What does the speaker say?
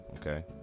okay